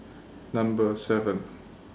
Number seven